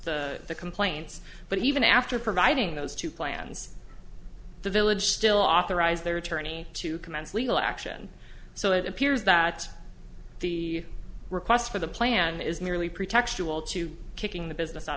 the complaints but even after providing those two plans the village still authorized their attorney to commence legal action so it appears that the request for the plan is merely pretextual to kicking the business out